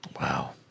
Wow